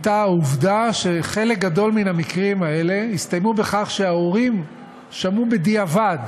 היה העובדה שחלק גדול מן המקרים האלה הסתיימו בכך שההורים שמעו בדיעבד